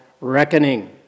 reckoning